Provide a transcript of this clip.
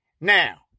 now